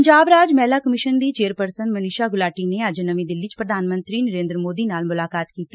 ਪੰਜਾਬ ਰਾਜ ਮਹਿਲਾ ਕਮਿਸ਼ਨ ਦੀ ਚੇਅਰਪਰਸਨ ਮਨੀਸ਼ਾ ਗੁਲਾਟੀ ਨੇ ਅੱਜ ਨਵੀ ਦਿੱਲੀ ਚ ਪ੍ਰਧਾਨ ਮੰਤਰੀ ਨਰਿੰਦਰ ਮੋਦੀ ਨਾਲ ਮੁਲਾਕਾਤ ਕੀਤੀ